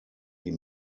die